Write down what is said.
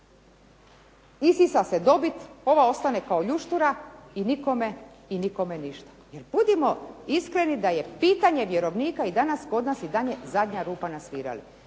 isisa se dobit, ova ostane kao ljuštura i nikome ništa. Jer budimo iskreni da je pitanje vjerovnika danas kod nas zadnja rupa na svirali,